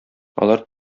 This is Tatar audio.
алар